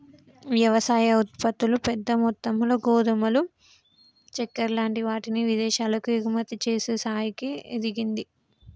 వ్యవసాయ ఉత్పత్తులు పెద్ద మొత్తములో గోధుమలు చెక్కర లాంటి వాటిని విదేశాలకు ఎగుమతి చేసే స్థాయికి ఎదిగింది